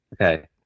okay